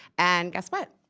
and guess what.